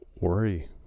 worry